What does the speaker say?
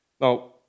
Now